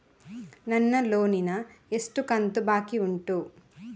ನನ್ನ ಲೋನಿನ ಎಷ್ಟು ಕಂತು ಬಾಕಿ ಉಂಟು?